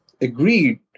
agreed